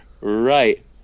Right